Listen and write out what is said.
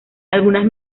algunas